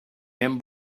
him